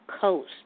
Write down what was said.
coast